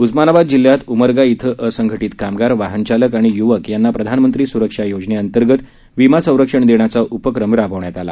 उस्मानाबाद जिल्ह्यात उमरगा इथं असंघटित कामगार वाहन चालक आणि युवक यांना प्रधानमंत्री सुरक्षा योजनेअंतर्गत विमा संरक्षण देण्याचा उपक्रम राबवण्यात आला